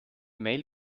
mail